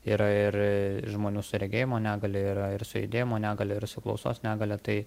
yra ir žmonių su regėjimo negalia yra ir su judėjimo negalia ir su klausos negalia tai